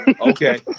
Okay